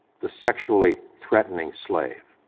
the sexually threatening slave,